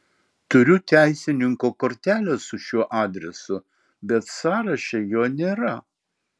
turiu teisininko kortelę su šiuo adresu bet sąraše jo nėra